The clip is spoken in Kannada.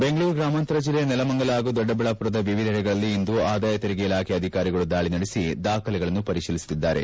ಬೆಂಗಳೂರು ಗ್ರಾಮಾಂತರ ಜಿಲ್ಲೆಯ ನೆಲಮಂಗಲ ಪಾಗೂ ದೊಡ್ಡಬಳ್ಳಾಪುರದ ವಿವಿಧೆಡೆಗಳಲ್ಲಿ ಇಂದು ಆದಾಯ ತೆರಿಗೆ ಇಲಾಖೆ ಅಧಿಕಾರಿಗಳು ದಾಳಿ ನಡೆಸಿ ದಾಖಲೆಗಳನ್ನು ಪರಿಶೀಲಿಸುತ್ತಿದ್ದಾರೆ